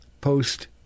post